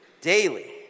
daily